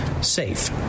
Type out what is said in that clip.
safe